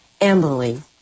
Emily